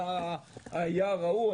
או היער ההוא.